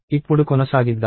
ఇప్పుడు కొనసాగిద్దాం